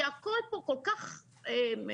כי הכול פה כל כך מעורפל